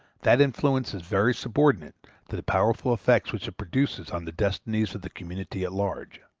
that influence is very subordinate to the powerful effects which it produces on the destinies of the community at large.